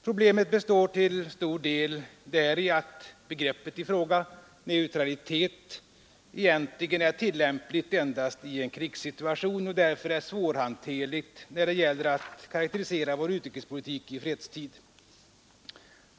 Problemet består till stor del däri att begreppet i fråga, neutralitet, egentligen är tillämpligt endast i en krigssituation och därför är svårhanterligt när det gäller att karakterisera vår utrikespolitik i fredstid.